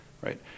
right